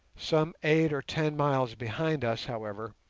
some eight or ten miles behind us, however,